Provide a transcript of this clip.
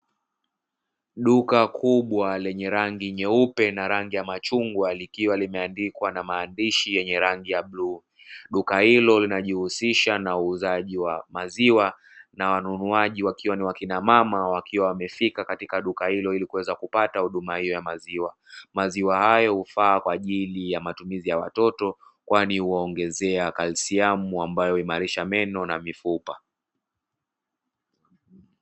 Duka kubwa, lenye rangi nyeupe na rangi ya machungwa, likiwa limeandikwa na maandishi yenye rangi ya bluu. Duka hilo linajihusisha na uuzaji wa maziwa na wanunuaji wakiwa ni wakinamama wakiwa wamefika katika duka hilo, ili kuweza kupata huduma hiyo ya maziwa. Maziwa hayo hufaa kwa ajili ya matumizi ya watoto, kwani huwaongezea kalsiamu ambayo huimarisha meno na mifupa.